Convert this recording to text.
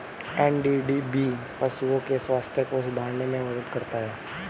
NDDB पशुओं के स्वास्थ्य को सुधारने में मदद करती है